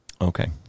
Okay